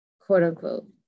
quote-unquote